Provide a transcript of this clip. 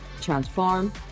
transform